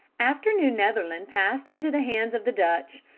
after new netherland passed into the hands of the dutch,